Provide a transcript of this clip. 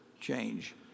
change